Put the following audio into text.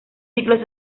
ciclos